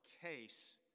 case